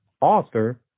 author